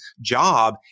job